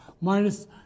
minus